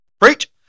Preach